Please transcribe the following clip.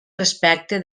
respecte